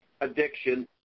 addiction